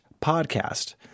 podcast